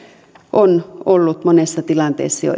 on ollut monessa tilanteessa jo